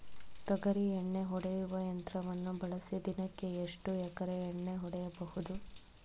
ತೊಗರಿ ಎಣ್ಣೆ ಹೊಡೆಯುವ ಯಂತ್ರವನ್ನು ಬಳಸಿ ದಿನಕ್ಕೆ ಎಷ್ಟು ಎಕರೆ ಎಣ್ಣೆ ಹೊಡೆಯಬಹುದು?